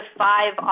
five